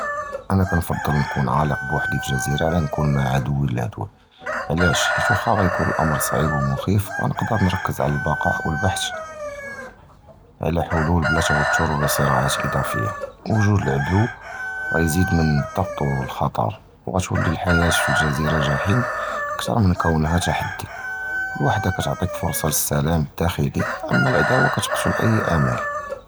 אִנַא קִנְפַדַּל נִקּוּן עָלֵק בְּוַחְדִי פִי גְזִירָה, עַלַאש? חִית וַחְדִי טוֹב מִן אִנְכּוּן מַע אֻדְוִי אִל-לַדוּד, חִית וַחְדִי מְקַוִּי לִל-סְלָאם אִל-דַاخְלִי, וְעַלַא אִל-עֻדְוִי קִתְּקְתְּל אִי אֻמְל. וַחְדִי קִתְּעַטִּי פְרְסָה לִל-בַּקַאא וְלִבְחַת עַל חֻלּוּל בְּלָא תֻּוּתְר וְלָא סְרַאקַאת אִזָּאְפִיָּה. וְגֻ'וּד אִל-עֻדְוִי יִזִיד מִן אִל-דַחְץ וְאִל-חֻ'טְר, וְחַיַאת פִי אִל-גְזִירָה קִתּוּל לִגְהִים מִן כִּי קִתְּהַא תַחַ'דִי.